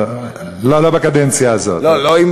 יואל, תשאף, לא, לא בקדנציה הזאת.